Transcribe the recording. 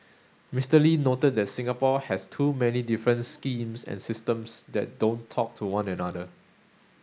Mister Lee noted that Singapore has too many different schemes and systems that don't talk to one another